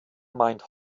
meint